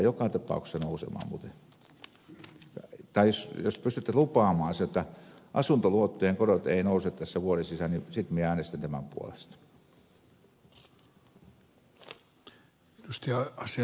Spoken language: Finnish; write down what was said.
ne muuten tulevat joka tapauksessa nousemaan tai jos pystytte lupaamaan jotta asuntoluottojen korot eivät nouse tässä vuoden sisällä niin sitten minä äänestän tämän puolesta